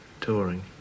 touring